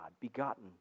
begotten